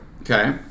Okay